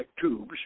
tubes